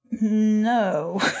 No